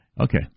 Okay